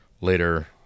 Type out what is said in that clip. later